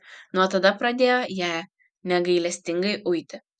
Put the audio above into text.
nuo tada pradėjo ją negailestingai uiti